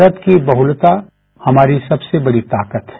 भारत की बहुलता हमारी सबसे बड़ी ताकत है